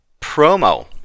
promo